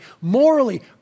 morally